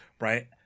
right